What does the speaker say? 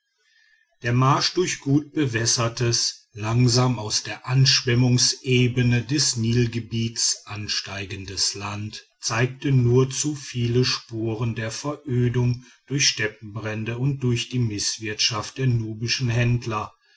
der marsch durch gut bewässertes langsam aus der anschwemmungsebene des nilgebiets ansteigendes land zeigte nur zu viele spuren der verödung durch steppenbrände und durch die mißwirtschaft der nubischen händler